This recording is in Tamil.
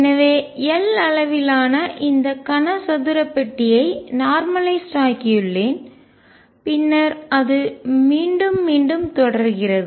எனவே L அளவிலான இந்த கனசதுர பாக்ஸ் ஐ பெட்டியை நார்மலய்ஸ்டு ஆக்கியுள்ளேன் பின்னர் அது மீண்டும் மீண்டும் தொடர்கிறது